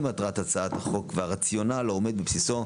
מטרת הצעת החוק והרציונל העומד בבסיסו,